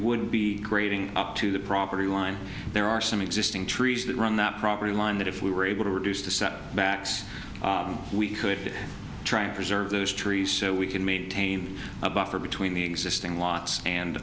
would be grading up to the property line there are some existing trees that run that property line that if we were able to reduce the set backs we could try and preserve those trees so we can maintain a buffer between the existing lots and